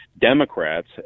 Democrats